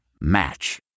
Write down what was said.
Match